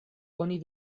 oni